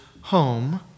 home